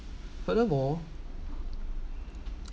furthermore